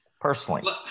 personally